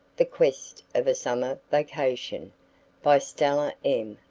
the quest of a summer vacation by stella m.